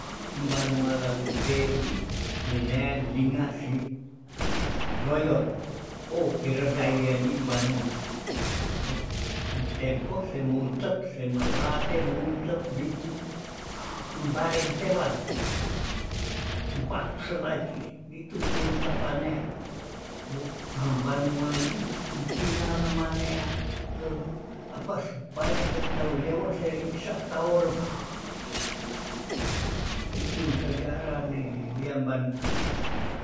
Embanua lalumpei ninea lingasik loyot oh heredai wiani mbanua woh ntempo semountep semelate mountep bitu embarente wan, tubat selai tiih nitum poun tepanea woh embanuai ih entina nemanea apa supaya seteu lewo seri bisa kaworem, nitum sejarah ne wiam banua.